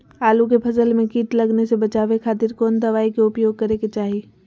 आलू के फसल में कीट लगने से बचावे खातिर कौन दवाई के उपयोग करे के चाही?